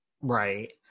Right